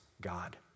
God